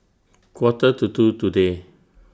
Quarter to two today